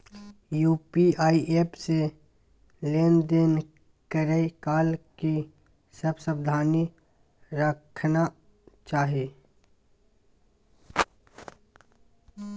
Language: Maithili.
यु.पी.आई एप से लेन देन करै काल की सब सावधानी राखना चाही?